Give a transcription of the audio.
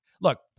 Look